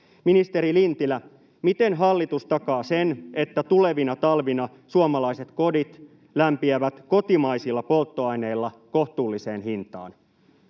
Ministeri Lintilä, miten hallitus takaa sen, että tulevina talvina suomalaiset kodit lämpiävät kotimaisilla polttoaineilla, kohtuulliseen hintaan?